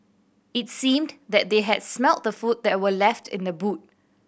it seemed that they had smelt the food that were left in the boot